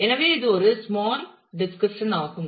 எனவே இது ஒரு ஸ்மால் டிஸ்கிரிப்க்ஷன் ஆகும்